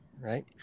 right